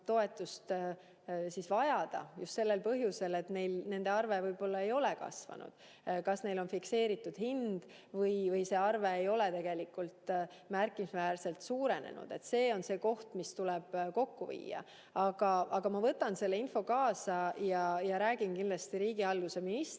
toetust vajada – just sellel põhjusel, et nende arve võib-olla ei ole kasvanud, sest neil on fikseeritud hind või ei ole arve märkimisväärselt suurenenud. See on see koht, mis tuleb kokku viia. Aga ma võtan selle info siit kaasa ja räägin kindlasti riigihalduse ministriga.